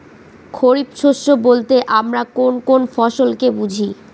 খরিফ শস্য বলতে আমরা কোন কোন ফসল কে বুঝি?